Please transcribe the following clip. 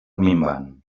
minvant